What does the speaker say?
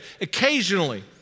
Occasionally